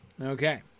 Okay